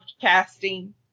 casting